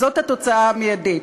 זאת התוצאה המיידית.